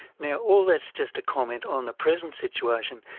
now all that's just a comment on the present situation.